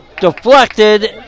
deflected